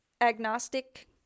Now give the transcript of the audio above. agnostic